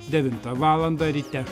devintą valandą ryte